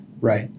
Right